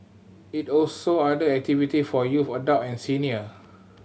it also order activity for youths adult and senior